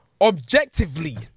objectively